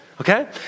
Okay